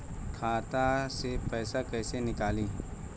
खाता से पैसा कैसे नीकली?